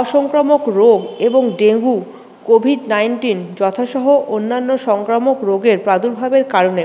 অসংক্রামক রোগ এবং dengue covid nineteen যথা সহ অন্যান্য সংক্রামক রোগের প্রাদুর্ভাবের কারণে